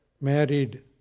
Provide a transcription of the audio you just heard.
married